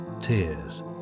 tears